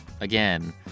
again